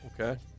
Okay